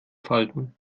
falten